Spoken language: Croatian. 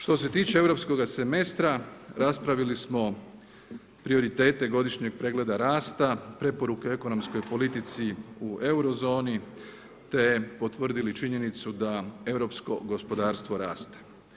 Što se tiče Europskoga semestra, raspravili smo prioritete godišnjega pregleda rasta, preporuke ekonomskoj politici u Eurozoni, te potvrdili činjenicu da europsko gospodarstvo raste.